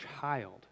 child